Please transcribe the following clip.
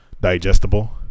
digestible